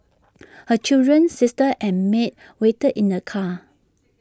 her children sister and maid waited in the car